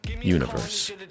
universe